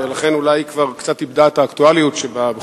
ולכן אולי היא כבר קצת איבדה את האקטואליות שבה.